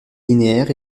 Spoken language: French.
linéaire